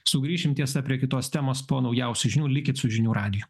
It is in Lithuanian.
sugrįšim tiesa prie kitos temos po naujausių žinių likit su žinių radiju